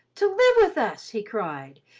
to live with us! he cried.